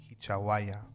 Hichawaya